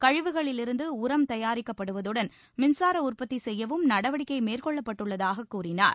கழிவுகளிலிருந்து உரம் தயாரிக்கப்படுவதுடன் மின்சார உற்பத்தி செய்யவும் நடவடிக்கை மேற்கொள்ளப்பட்டுள்ளதாக கூறினார்